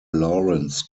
lawrence